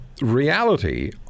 reality